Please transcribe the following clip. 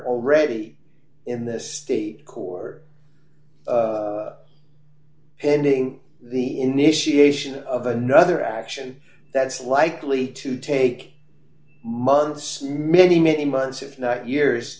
already in this state core pending the initiation of another action that's likely to take months many many months if not years